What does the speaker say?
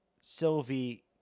Sylvie